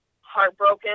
heartbroken